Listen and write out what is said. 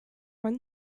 man